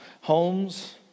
homes